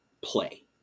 play